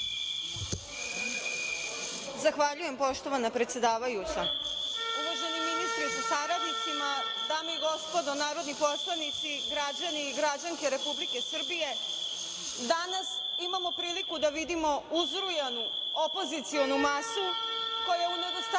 Zahvaljujem poštovana predsedavajuća. Uvaženi ministri sa saradnicima, dame i gospodo narodni poslanici, građani i građanke Republike Srbije, danas imamo priliku da vidimo uzrujanu opozicionu masu koja u nedostatku